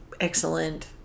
Excellent